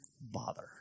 bother